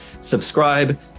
subscribe